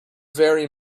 very